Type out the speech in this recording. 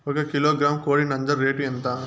ఒక కిలోగ్రాము కోడి నంజర రేటు ఎంత?